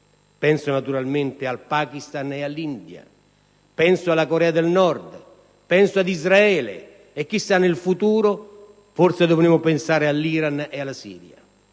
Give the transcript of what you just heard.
penso naturalmente al Pakistan e all'India, penso alla Corea del Nord, a Israele e, chissà, nel futuro forse dobbiamo pensare all'Iran e alla Siria.